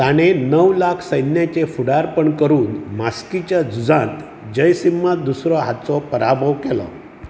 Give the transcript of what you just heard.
ताणें णव लाख सैन्याचें फुडारपण करून मास्किच्या झुजांत जयसिम्हा दुसरो हाचो पराभव केलो